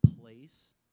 place